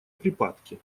припадки